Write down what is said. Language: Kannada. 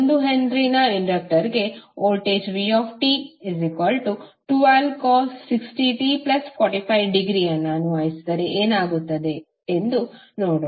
1H ನ ಇಂಡಕ್ಟರ್ಗೆ ವೋಲ್ಟೇಜ್ vt 12cos 60t 45 ° ಅನ್ನು ಅನ್ವಯಿಸಿದರೆ ಏನಾಗುತ್ತದೆ ಎಂದು ನೋಡೋಣ